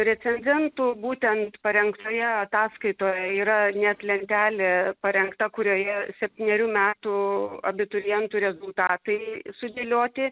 recenzentų būtent parengtoje ataskaitoje yra net lentelė parengta kurioje septynerių metų abiturientų rezultatai sudėlioti